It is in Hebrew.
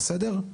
בסדר?